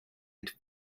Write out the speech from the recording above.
and